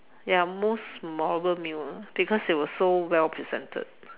ya most memorable meal ah because it was so well presented